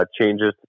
changes